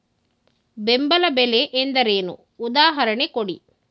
ಬೆಂಬಲ ಬೆಲೆ ಎಂದರೇನು, ಉದಾಹರಣೆ ಕೊಡಿ?